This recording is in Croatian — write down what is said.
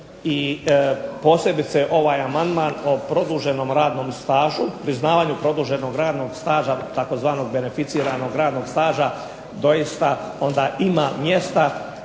i posebice ovaj amandman o priznavanju produženom radnog staža tzv. beneficiranog radnog staža doista onda ima mjesta